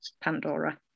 Pandora